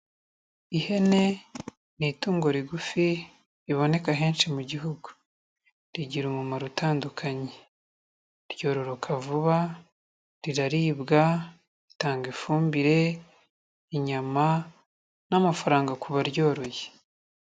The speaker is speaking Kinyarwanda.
Ihene ni itungo rigufi riboneka henshi mu gihugu. Rigira umumaro utandukanye. Ryoroka vuba, riraribwa, ritanga ifumbire, inyama n'amafaranga kubaryoroye.